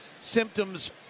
Symptoms